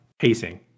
Pacing